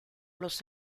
los